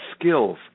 skills